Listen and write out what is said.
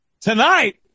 tonight